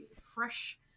fresh